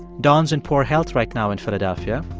don's in poor health right now in philadelphia,